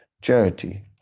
charity